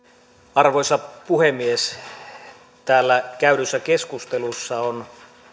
arvoisa puhemies täällä käydyssä keskustelussa on